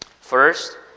First